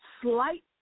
slight